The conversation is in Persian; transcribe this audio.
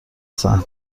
صحنه